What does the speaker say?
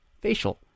facial